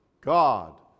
God